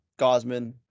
Gosman